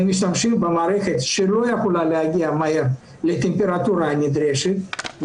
שמשתמשים במערכת שלא יכולה להגיע מהר לטמפרטורה הנדרשת,